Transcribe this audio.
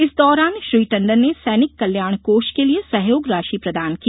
इस दौरान श्री टंडन ने सैनिक कल्याण कोष के लिये सहयोग राशि प्रदान की